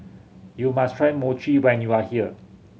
you must try Mochi when you are here